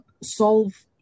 solve